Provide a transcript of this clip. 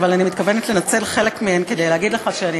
אבל אני מתכוונת לנצל חלק מהן כדי להגיד לך שאני